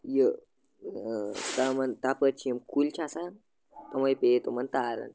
یہِ تِمَن تَپٲرۍ چھِ یِم کُلۍ چھِ آسان تِمَے پیٚیہِ تِمَن تارَن